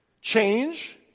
change